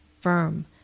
firm